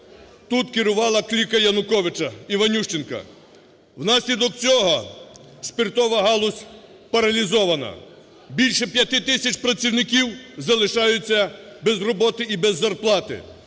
тут керувала кліка Януковича- Іванющенка. Внаслідок цього спиртова галузь паралізована: більше 5 тисяч працівників залишаються без роботи і без зарплати.